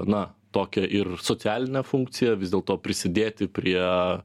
na tokia ir socialinę funkciją vis dėlto prisidėti prie